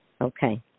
Okay